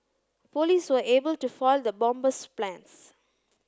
police were able to foil the bomber's plans